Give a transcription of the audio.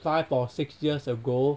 five or six years ago